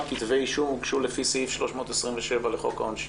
כתבי אישום הוגשו לפי סעיף 327 לחוק העונשין?